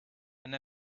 and